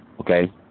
okay